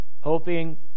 hoping